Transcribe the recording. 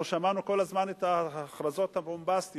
אנחנו שמענו כל הזמן את ההכרזות הבומבסטיות: